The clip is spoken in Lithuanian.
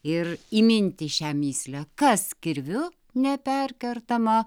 ir įminti šią mįslę kas kirviu neperkertama